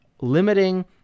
limiting